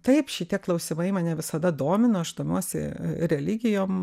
taip šitie klausimai mane visada domino aš domiuosi religijom